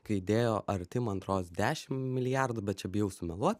kai dėjo arti man atrodos dešim milijardų bet čia bijau sumeluot